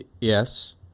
Yes